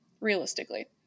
realistically